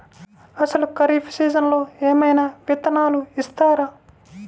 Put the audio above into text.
అసలు ఖరీఫ్ సీజన్లో ఏమయినా విత్తనాలు ఇస్తారా?